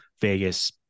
Vegas